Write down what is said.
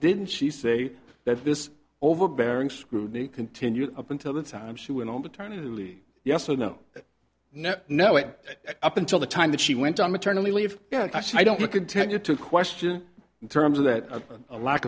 didn't she say that this overbearing scrutiny continued up until the time she went on maternity leave yes no no no no it up until the time that she went on maternity leave yeah actually i don't know continue to question in terms of that a lack